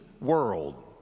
world